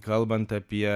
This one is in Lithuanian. kalbant apie